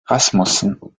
rasmussen